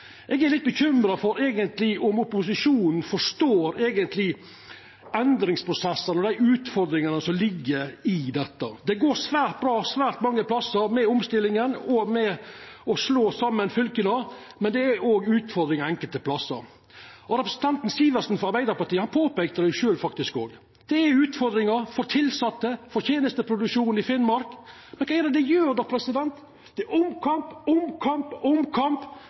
Eg er litt bekymra for om opposisjonen eigentleg forstår dei endringsprosesssane og dei utfordringane som ligg i dette. Det går svært bra svært mange plassar med omstillinga og med å slå saman fylka, men det er òg utfordringar enkelte plassar. Representanten Sivertsen frå Arbeidarpartiet peika faktisk på det sjølv. Det er utfordringar for tilsette, for tenesteproduksjonen i Finnmark, men kva er det dei gjer? Det er omkamp, omkamp,